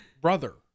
brother